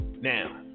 Now